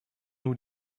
nur